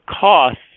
costs